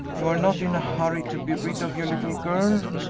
you are not in a hurry to be rid of your little girl?